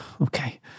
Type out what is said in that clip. Okay